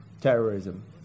terrorism